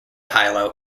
hilo